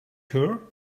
her